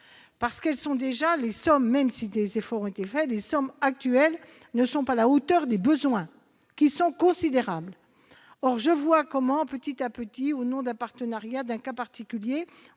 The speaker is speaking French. à ces politiques. En effet, même si des efforts ont été faits, les sommes actuelles ne sont pas à la hauteur des besoins, qui sont considérables. Je sais bien comment, petit à petit, au nom d'un partenariat ou d'un cas particulier,